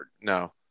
No